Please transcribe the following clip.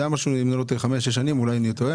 אם אני לא טועה,